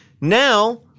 now